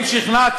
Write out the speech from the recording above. שכנעת